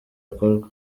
akorwa